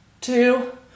two